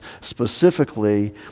specifically